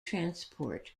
transport